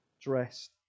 dressed